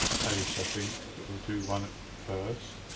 case i think. but we'll do one at first.